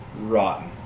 rotten